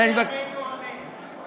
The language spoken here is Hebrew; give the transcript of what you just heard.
במהרה בימינו, אמן.